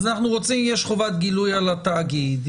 אז יש חובת גילוי על התאגיד.